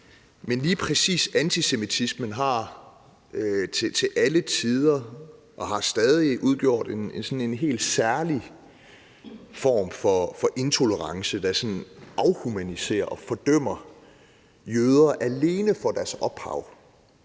men lige præcis antisemitismen har til alle tider udgjort og udgør stadig en sådan helt særlig form for intolerance, der sådan afhumaniserer og fordømmer jøder alene for deres ophav.